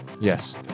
Yes